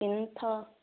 ਇੰਥਾ